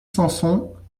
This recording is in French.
samson